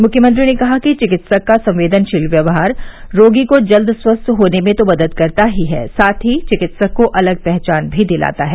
मुख्यमंत्री ने कहा कि चिकित्सक का संवेदनशील व्यवहार रोगी को जल्द स्वस्थ होने में तो मदद करता ही है साथ ही चिकित्सक को अलग पहचान भी दिलाता है